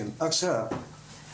מי קבע את התנאי הזה?